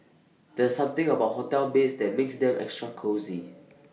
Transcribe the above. there's something about hotel beds that makes them extra cosy